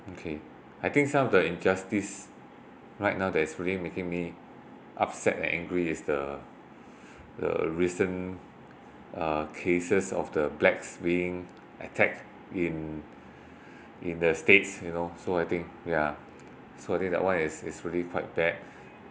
okay I think some of the injustice right now that is really making me upset and angry is the the recent uh cases of the blacks being attacked in in the states you know so I think ya so that one is is really quite bad